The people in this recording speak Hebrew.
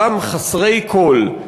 אותם חסרי כול,